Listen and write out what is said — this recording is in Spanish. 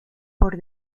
por